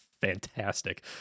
fantastic